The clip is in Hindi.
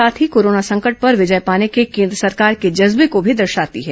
साथ ही कोरोना संकट पर विजय पाने के केंद्र सरकार के जज्बे को भी दर्शाती है